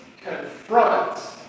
Confronts